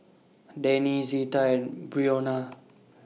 Danny Zita and Brionna